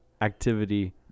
Activity